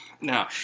No